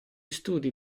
studi